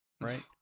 right